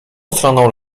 stroną